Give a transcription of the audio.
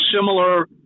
similar